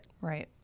right